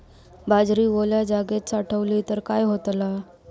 बाजरी वल्या जागेत साठवली तर काय होताला?